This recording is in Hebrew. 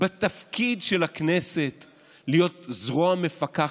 בתפקיד של הכנסת להיות זרוע מפקחת.